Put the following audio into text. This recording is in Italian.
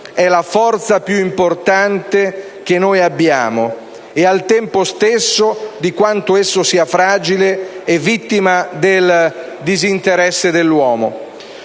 è la forza più importante che abbiamo e, al tempo stesso, di quanto esso sia fragile e vittima del disinteresse dell'uomo.